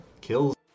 kills